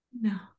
No